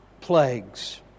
plagues